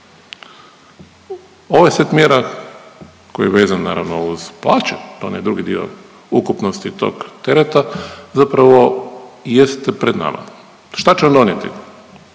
Ovaj set mjera koji je vezan naravno uz plaće, onaj drugi dio ukupnosti tog tereta zapravo jeste pred nama. Šta će on donijeti?